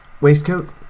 waistcoat